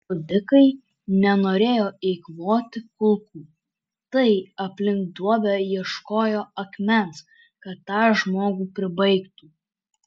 žudikai nenorėjo eikvoti kulkų tai aplink duobę ieškojo akmens kad tą žmogų pribaigtų